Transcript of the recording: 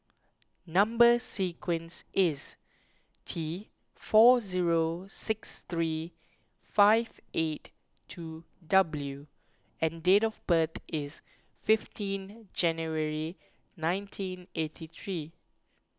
Number Sequence is T four zero six three five eight two W and date of birth is fifteen January nineteen eighty three